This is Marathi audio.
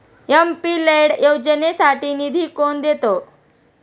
एम.पी लैड योजनेसाठी निधी कोण देतं?